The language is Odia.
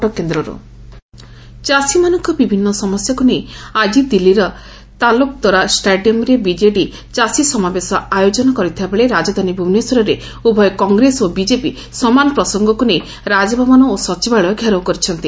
ଚାଷୀ ସମାବେଶ ଚାଷୀମାନଙ୍କ ବିଭିନ୍ନ ସମସ୍ୟାକୁ ନେଇ ଆଜି ଦିଲ୍ଲୀର ତାଲକ୍ତୋରା ଷ୍ଟାଡିୟମ୍ରେ ବିଜେଡ଼ି ଚାଷୀସମାବେଶ ଆୟୋଜନ କରିଥିବାବେଳେ ରାଜଧାନୀ ଭୁବନେଶ୍ୱରରେ ଉଭୟ କଂଗ୍ରେସ ଓ ବିଜେପି ସମାନ ପ୍ରସଙ୍ଗକୁ ନେଇ ରାଜଭବନ ଓ ସଚିବାଳୟ ଘେରାଉ କରିଛନ୍ତି